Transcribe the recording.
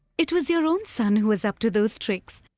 it was your own son who was up to those tricks.